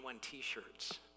T-shirts